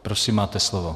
Prosím máte slovo.